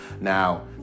Now